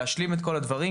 להשלים את כל הדברים,